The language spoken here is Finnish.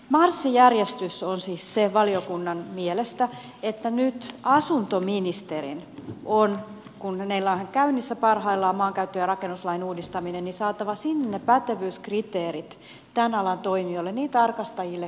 marssijärjestys on siis valiokunnan mielestä se että nyt asuntoministerin on kun hänellä on käynnissä parhaillaan maankäyttö ja rakennuslain uudistaminen saatava sinne pätevyyskriteerit tämän alan toimijoille niin tarkastajille kuin korjaajille